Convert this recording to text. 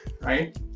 right